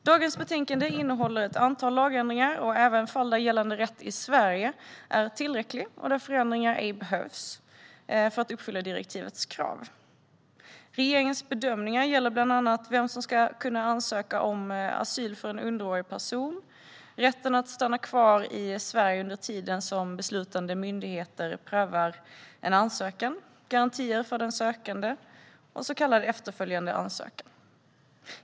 Dagens betänkande innehåller ett antal lagändringar och även fall där gällande rätt i Sverige är tillräcklig och där förändringar ej behövs för att uppfylla direktivets krav. Regeringens bedömningar gäller bland annat vem som ska kunna ansöka om asyl för en underårig person, rätten att stanna kvar i Sverige under tiden som beslutande myndigheter prövar en ansökan, garantier för den sökande och så kallad efterföljande ansökan.